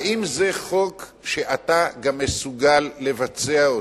האם זה חוק שאתה גם מסוגל לבצע אותו?